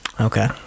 Okay